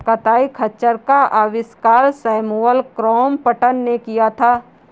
कताई खच्चर का आविष्कार सैमुअल क्रॉम्पटन ने किया था